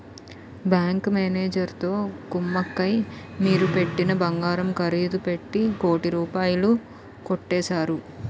bank మేనేజరుతో కుమ్మక్కై మీరు పెట్టిన బంగారం ఖరీదు పెట్టి కోటి రూపాయలు కొట్టేశారు